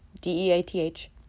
D-E-A-T-H